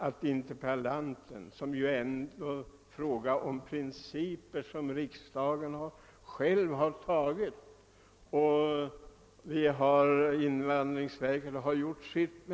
Det är ändå fråga om principer som riksdagen själv har fastlagt, och invandrarverket her gjort sitt.